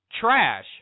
Trash